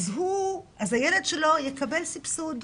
אז הילד שלו יקבל סבסוד,